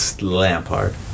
Lampard